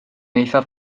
eithaf